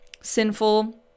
sinful